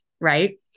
right